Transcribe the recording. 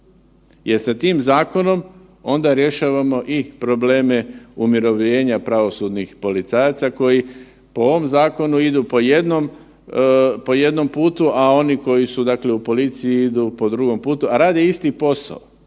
Jer sa tim zakonom onda rješavamo i probleme umirovljenja pravosudnih policajaca koji po ovom zakonu idu po jednom putu, a oni koji su dakle u policiji idu po drugom putu, a rade isti posao,